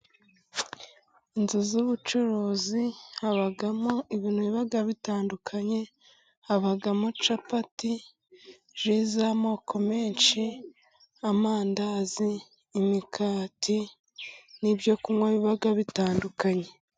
Inzu z'ubucuruzi habamo ibintu biba bitandukanye. Habamo capati, ji z' amoko menshi, amandazi, imikati n'ibyo kunywa biba bitandukanye.